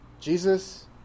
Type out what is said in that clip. Jesus